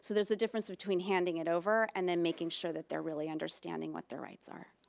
so there's a difference between handing it over and then making sure that they're really understanding what their rights are,